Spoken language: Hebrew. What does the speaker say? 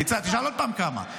תשאל עוד פעם כמה.